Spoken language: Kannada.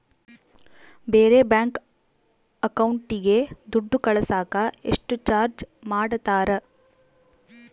ಬೇರೆ ಬ್ಯಾಂಕ್ ಅಕೌಂಟಿಗೆ ದುಡ್ಡು ಕಳಸಾಕ ಎಷ್ಟು ಚಾರ್ಜ್ ಮಾಡತಾರ?